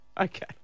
Okay